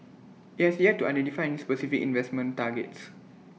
IT has yet to identify any specific investment targets